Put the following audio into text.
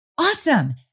awesome